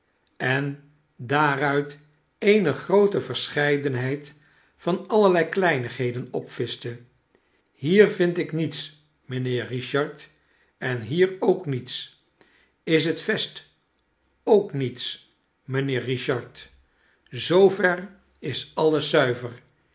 en daaruit eene groote verscheidenheid van allerlei kleinigheden opvischte hier vind ik niets mijnheer richard en hier ook niets in het vest ook niets mijnheer richard zoover is alles zuiver